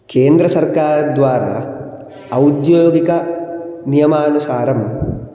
केन्द्रसर्कारद्वारा औद्योगिकनियमानुसारं